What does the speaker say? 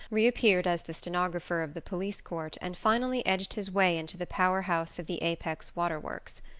reappeared as the stenographer of the police court, and finally edged his way into the power-house of the apex water-works.